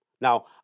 Now